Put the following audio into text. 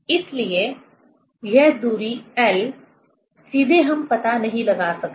इसलिए यह दूरी L सीधे हम पता नहीं लगा सकते